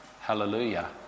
Hallelujah